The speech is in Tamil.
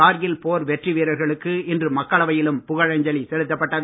கார்கில் போர் வெற்றி வீரர்களுக்கு இன்று மக்களவையிலும் புகழஞ்சலி செலுத்தப்பட்டது